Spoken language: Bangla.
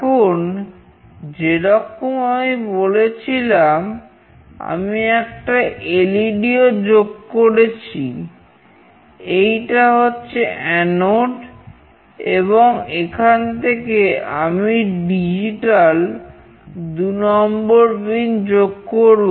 এখন যেরকম আমি বলেছিলাম আমি একটা এলইডি দুনম্বর পিন যোগ করব